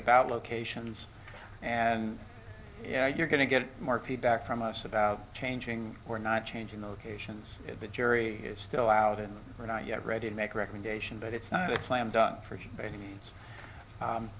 about locations and yeah you're going to get more feedback from us about changing or not changing the locations of the jury is still out in we're not yet ready to make recommendation but it's not a slam dunk for